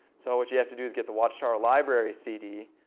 so what you have to do is get the watchtower library cd.